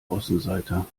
außenseiter